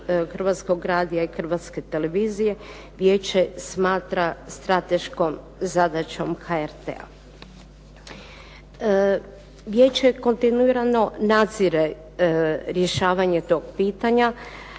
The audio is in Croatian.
Hrvatskog radija i Hrvatske televizije Vijeće smatra strateškom zadaćom HRT-a. Vijeće kontinuirano nadzire rješavanje tog pitanja